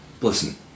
listen